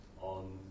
on